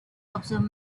observe